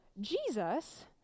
Jesus